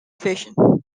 fission